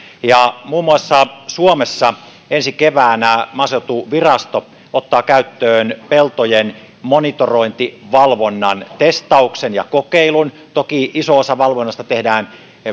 muun muassa suomessa ensi keväänä maaseutuvirasto ottaa käyttöön peltojen monitorointivalvonnan testauksen ja kokeilun toki iso osa valvonnasta tehdään